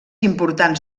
importants